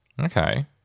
Okay